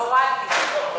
הורדתי.